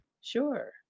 Sure